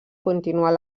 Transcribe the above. continuar